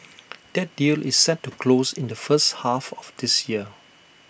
that deal is set to close in the first half of this year